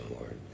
Lord